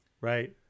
right